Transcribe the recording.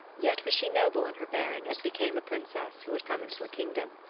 yet was she noble in her bearing as became a princess who would come into a kingdom.